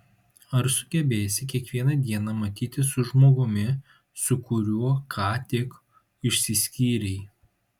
ar sugebėsi kiekvieną dieną matytis su žmogumi su kuriuo ką tik išsiskyrei